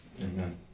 Amen